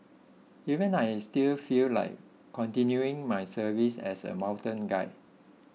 even I still feel like continuing my services as a mountain guide